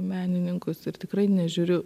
menininkus ir tikrai nežiūriu